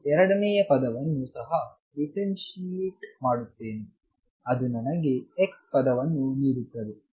ನಾನು ಎರಡನೆಯ ಪದವನ್ನು ಸಹ ಡಿಫರೆನ್ಸಿಯೆಟ್ ಮಾಡುತ್ತೇನೆ ಅದು ನನಗೆ x ಪದವನ್ನು ನೀಡುತ್ತದೆ